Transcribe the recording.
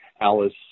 Alice